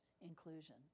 inclusion